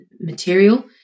material